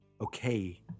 okay